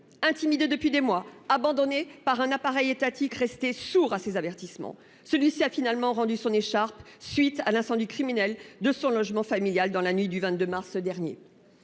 intimidé depuis des mois, abandonné par un appareil étatique restés sourds à ses avertissements. Celui-ci a finalement rendu son écharpe suite à l'incendie criminel de son logement familial dans la nuit du 22 mars dernier.